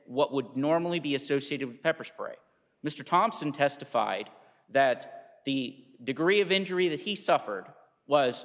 what would normally be associated with pepper spray mr thompson testified that the degree of injury that he suffered was